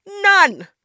None